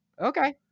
okay